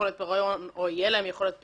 יכולת פירעון או תהיה להם יכולת פירעון,